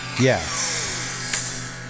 yes